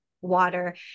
water